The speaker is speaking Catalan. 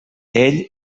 ell